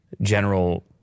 general